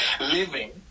living